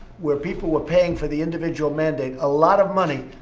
where people were paying for the individual mandate, a lot of money,